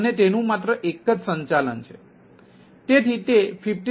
અને તેનું માત્ર એક જ સંચાલન છે તેથી તે 53